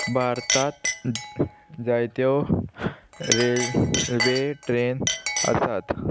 भारतांत जायत्यो railway train आसात